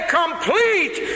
complete